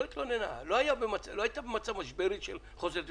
לא התלוננה, לא היתה במצב משברי של חוסר תפקוד.